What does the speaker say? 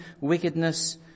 wickedness